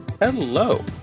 Hello